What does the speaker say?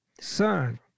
son